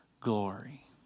glory